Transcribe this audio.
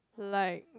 like